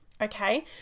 Okay